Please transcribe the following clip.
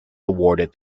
awarded